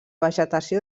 vegetació